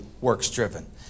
works-driven